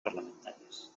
parlamentàries